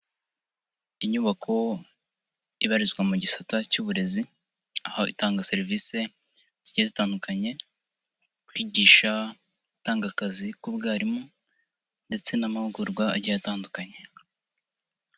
Inyubako ibarizwa mu gisata cy'uburezi, aho itanga serivisi zigiye zitandukanye, kwigisha, gutanga akazi k'ubwarimu ndetse n'amahugurwa agiye atandukanye.